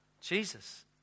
Jesus